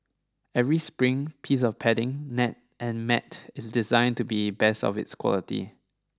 every spring piece of padding net and mat is designed to be best of its quality